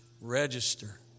register